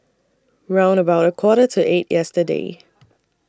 round about A Quarter to eight yesterday